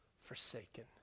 forsaken